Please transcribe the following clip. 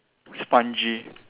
spongy